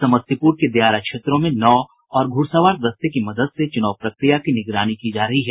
समस्तीपुर के दियारा क्षेत्रों में नाव और घुड़सवार दस्ते की मदद से चुनाव प्रक्रिया की निगरानी की जा रही है